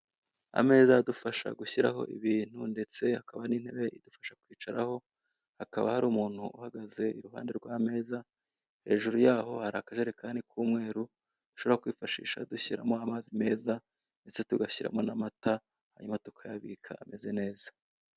Ameza adufasha gushyiraho ibintu ndetse hakaba n'intebe idufasha kwicaraho, hakaba hari umuntu uhagaze iruhande rw'ameza, hejuru yaho hari akajerekani k'umweru dushobora kwifashisha dushyiramo amazi meza ndetse tugashyiramo n'amata hanyuma tukayabika ameze neza.